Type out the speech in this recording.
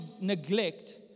neglect